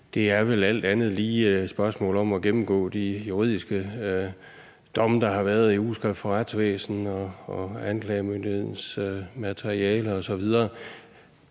Det er vel alt andet lige et spørgsmål om at gennemgå de juridiske domme, der har været i Ugeskrift for Retsvæsen og anklagemyndighedens materiale osv.